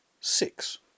six